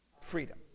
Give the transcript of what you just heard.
freedom